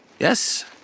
Yes